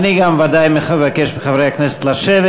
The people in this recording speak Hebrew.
אני גם ודאי מבקש מחברי הכנסת לשבת.